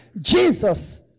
Jesus